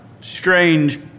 strange